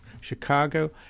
Chicago